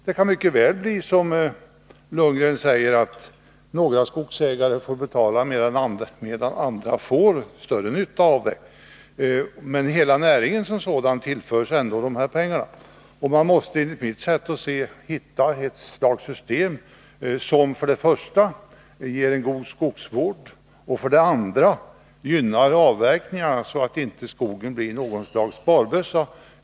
Det kan mycket väl bli som Bo Lundgren säger, att några skogsägare bara får betala, medan andra får större nytta av åtgärderna. Men hela näringen som sådan tillförs ändå pengarna. Man måste enligt mitt sätt att se hitta ett system som för det första ger en god skogsvård och för det andra gynnar avverkningarna, så att inte skogen blir ett slags sparbössa.